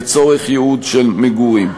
לצורך ייעוד של מגורים.